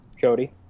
Cody